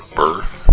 birth